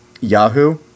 Yahoo